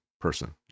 person